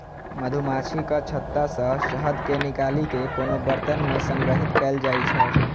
मछुमाछीक छत्ता सं शहद कें निकालि कें कोनो बरतन मे संग्रहीत कैल जाइ छै